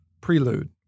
Prelude